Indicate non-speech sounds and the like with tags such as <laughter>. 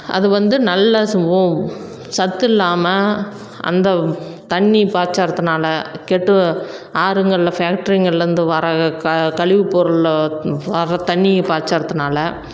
அது வந்து நல்ல <unintelligible> சத்து இல்லாமல் அந்த தண்ணி பாய்ச்சறதுனால கெட்டு ஆறுங்களில் ஃபேக்ட்ரிங்கள்லந்து வர்ற க கழிவு பொருள் வர்ற தண்ணியை பாய்ச்சறதுனால